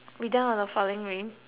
we do on the following week